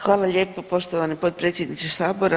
Hvala lijepo poštovani potpredsjedniče sabora.